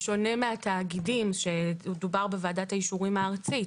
זה בשונה מהתאגידים שעליהם מדובר בוועדת האישורים הארצית.